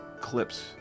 clips